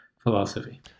philosophy